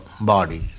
body